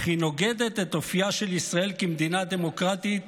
אך היא נוגדת את אופייה של ישראל 'כמדינה דמוקרטית